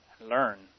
learn